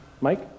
Mike